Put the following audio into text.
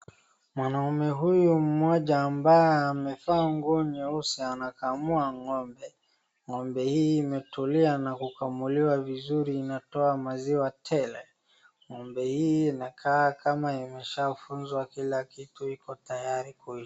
Mwanaume huyu mmoja ambaye amevaa nguo nyeusi anakamua ng'ombe.Ng'ombe hii imetulia na kukamuliwa vizuri. Inatoa maziwa tele.Ng'ombe hii inakaa nikama imeshafunzwa Kila kitu Iko tayari...